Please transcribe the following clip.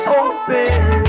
open